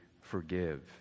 forgive